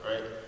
right